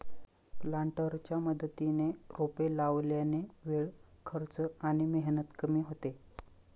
प्लांटरच्या मदतीने रोपे लावल्याने वेळ, खर्च आणि मेहनत कमी होते